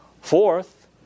Fourth